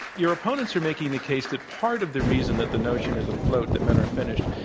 your opponents are making the case that part of the reason that the notion is afloat, that men are finished,